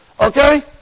Okay